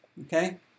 okay